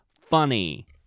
funny